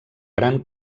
gran